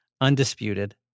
Undisputed